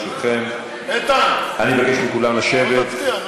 איתן, בוא תצביע,